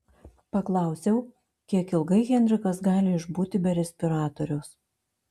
paklausiau kiek ilgai henrikas gali išbūti be respiratoriaus